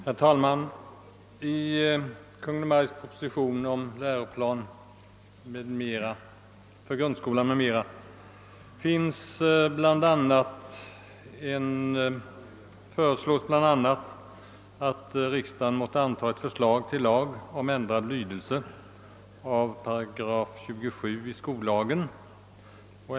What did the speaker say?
Herr talman! I Kungl. Maj:ts Proposition nr 129, angående revidering av läroplan för grundskolan som vi nu behandlar, föreslås bl.a. att riksdagen måtte anta ett förslag till lag om ändrad lydelse av 27 8 skollagen.